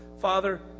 Father